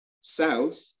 south